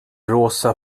rosa